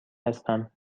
هستم